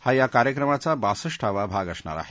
हा या कार्यक्रमाचा बासठावा भाग असणार आहे